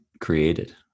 created